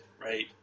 right